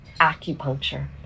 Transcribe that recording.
Acupuncture